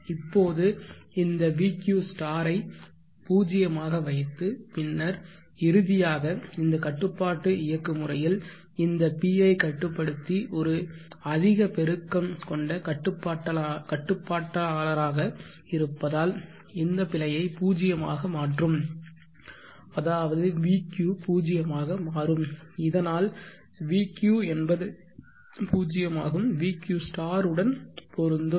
இப்போது இந்த vq ஐ 0 ஆக வைத்து பின்னர் இறுதியாக இந்த கட்டுப்பாட்டு இயக்கு முறையில் இந்த PI கட்டுப்படுத்தி ஒரு அதிக பெருக்கம் கொண்ட கட்டுப்பாட்டாளராக இருப்பதால் இந்த பிழையை 0 ஆக மாற்றும் அதாவது vq 0 ஆக மாறும் இதனால் vq என்பது 0 ஆகும் vq உடன் பொறுத்தும்